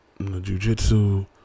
jiu-jitsu